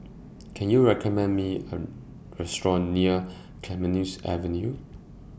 Can YOU recommend Me A Restaurant near Clemenceau Avenue